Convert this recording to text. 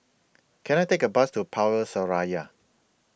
Can I Take A Bus to Power Seraya